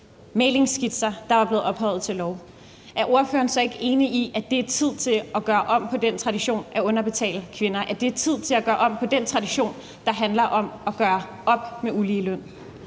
mæglingsskitser, der var blevet ophøjet til lov, er ordføreren så ikke enig i, at det er tid til at gøre op med den tradition at underbetale kvinder, at det er tid til at gøre op med den tradition, der handler om uligeløn?